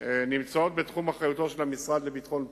הן בתחום אחריותו של המשרד לביטחון הפנים,